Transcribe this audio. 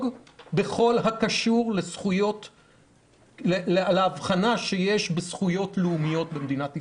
בכל הקשור לאבחנה שיש בזכויות לאומיות במדינת ישראל.